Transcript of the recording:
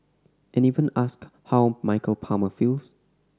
and even asked how Michael Palmer feels